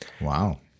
Wow